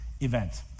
event